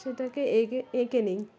সেটাকে এগে এঁকে নিই